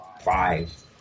five